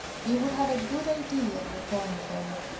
you would have a good idea of the poem fairy.